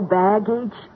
baggage